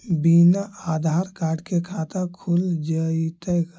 बिना आधार कार्ड के खाता खुल जइतै का?